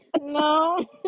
no